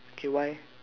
K why